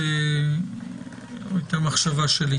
המחשבה שלי.